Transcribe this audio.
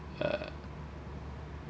uh